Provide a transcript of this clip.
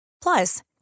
Plus